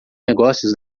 negócios